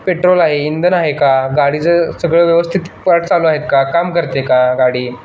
petrol आहे इंधन आहे का गाडीचं सगळं व्यवस्थित पार्ट चालू आहेत का काम करते का गाडी